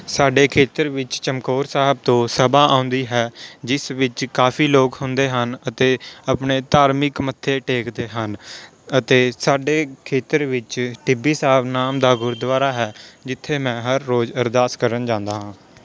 ਸਾਡੇ ਖੇਤਰ ਵਿੱਚ ਚਮਕੌਰ ਸਾਹਿਬ ਤੋਂ ਸਭਾ ਆਉਂਦੀ ਹੈ ਜਿਸ ਵਿੱਚ ਕਾਫੀ ਲੋਕ ਹੁੰਦੇ ਹਨ ਅਤੇ ਆਪਣੇ ਧਾਰਮਿਕ ਮੱਥੇ ਟੇਕਦੇ ਹਨ ਅਤੇ ਸਾਡੇ ਖੇਤਰ ਵਿੱਚ ਟਿੱਬੀ ਸਾਹਿਬ ਨਾਮ ਦਾ ਗੁਰਦੁਆਰਾ ਹੈ ਜਿੱਥੇ ਮੈਂ ਹਰ ਰੋਜ਼ ਅਰਦਾਸ ਕਰਨ ਜਾਂਦਾ ਹਾਂ